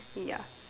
ya